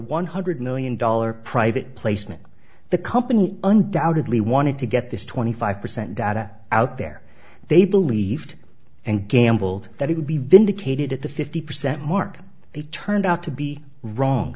one hundred million dollar private placement the company undoubtedly wanted to get this twenty five percent data out there they believed and gambled that it would be vindicated at the fifty percent mark they turned out to be wrong